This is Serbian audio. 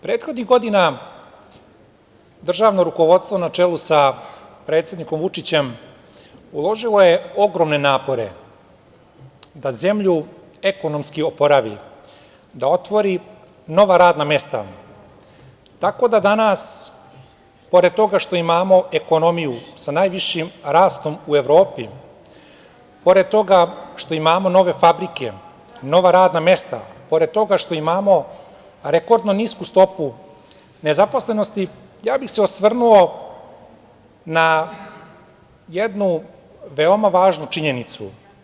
Prethodnih godina državno rukovodstvo na čelu sa predsednikom Vučićem uložilo je ogromne napore da zemlju ekonomski oporavi, da otvori nova radna mesta, tako da danas, pored toga što imamo ekonomiju sa najvišim rastom u Evropi, pored toga što imamo nove fabrike, nova radna mesta, pored toga što imamo rekordno nisku stopu nezaposlenosti, ja bih se osvrnuo na jednu veoma važnu činjenicu.